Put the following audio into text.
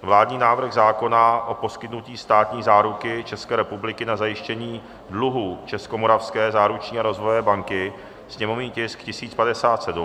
vládní návrh zákona o poskytnutí státní záruky České republiky na zajištění dluhů Českomoravské záruční a rozvojové banky, sněmovní tisk 1057;